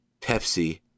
Pepsi